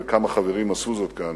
וכמה חברים עשו זאת כאן,